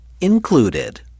included